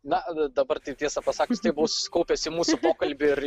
na dabar taip tiesą pasakius tiek buvau susikaupęs į mūsų pokalbį ir